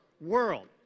world